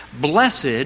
blessed